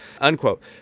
unquote